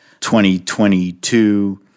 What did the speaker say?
2022